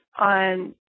on